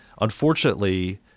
Unfortunately